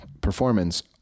performance